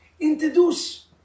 introduce